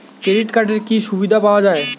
Credit কার্ডের কি কি সুবিধা পাওয়া যায়?